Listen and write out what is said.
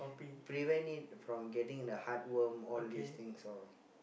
prevent it from getting the heartworm all these things loh